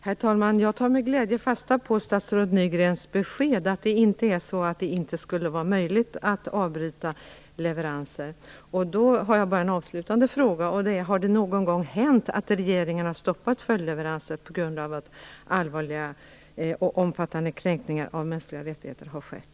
Herr talman! Jag tar med glädje fasta på statsrådet Nygrens besked att det inte är så att det inte skulle vara möjligt att avbryta leveranser. Jag vill då bara fråga: Har det någon gång hänt att regeringen har stoppat följdleveranser på grund av att allvarliga och omfattande kränkningar av mänskliga rättigheter har skett?